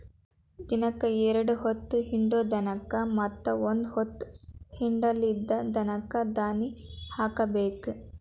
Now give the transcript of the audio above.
ದಿನಕ್ಕ ಎರ್ಡ್ ಹೊತ್ತ ಹಿಂಡು ದನಕ್ಕ ಮತ್ತ ಒಂದ ಹೊತ್ತ ಹಿಂಡಲಿದ ದನಕ್ಕ ದಾನಿ ಹಾಕಬೇಕ